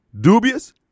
Dubious